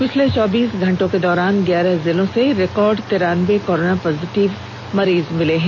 पिछले चौबीस घंटों के दौरान ग्यारह जिलों से रिकॉर्ड तिरान्बे कोरोना पॉजिटव मरीज मिले हैं